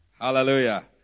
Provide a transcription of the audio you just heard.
Hallelujah